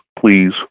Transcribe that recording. please